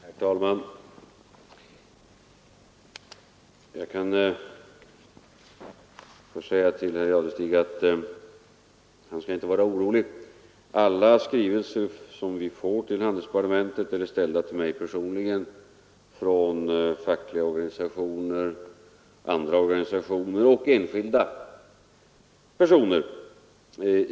Herr talman! Jag kan säga till herr Jadestig att han inte skall vara orolig. Alla skrivelser i affärstidsfrågan som kommer till handelsdepartementet är ställda till mig personligen från fackliga organisationer, andra organisationer och enskilda personer.